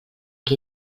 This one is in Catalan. que